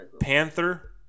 Panther